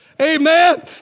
Amen